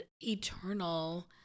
eternal